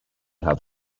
have